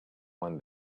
one